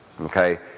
okay